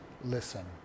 listen